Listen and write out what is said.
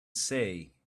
say